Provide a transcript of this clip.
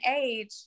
age